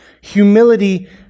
humility